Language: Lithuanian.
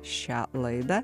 šią laidą